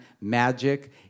Magic